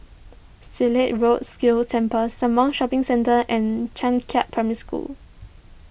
Silat Road Sikh Temple Sembawang Shopping Centre and Changkat Primary School